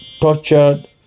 tortured